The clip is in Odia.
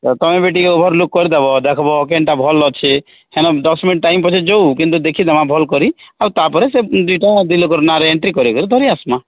ତମେ ବି ଟିକେ ଅଭର ଲୁକ କରି ଦବ ଦେଖବ କେନ୍ତା ଭଲ ଅଛି ସେନୁ ଦଶ ମିନିଟ୍ ଟାଇମ୍ ପଛେ ଯଉ କିନ୍ତୁ ଦେଖି ନମା ଭଲ କରି ଆଉ ତାପରେ ସେ ଦିଟା ନାଁ ରେ ଏଣ୍ଟ୍ରି କରି କରି ଧରି ଆସମା